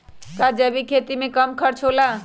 का जैविक खेती में कम खर्च होला?